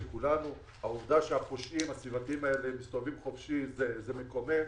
העובדה שהפושעים הסביבתיים האלו מסתובבים חופשי זה מקומם,